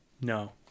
No